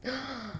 ah